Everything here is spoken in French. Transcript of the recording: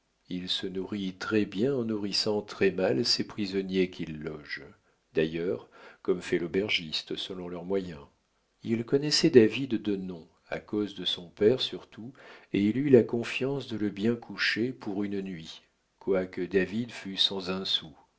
il se nourrit très-bien en nourrissant très-mal ses prisonniers qu'il loge d'ailleurs comme fait l'aubergiste selon leurs moyens il connaissait david de nom à cause de son père surtout et il eut la confiance de le bien coucher pour une nuit quoique david fût sans un sou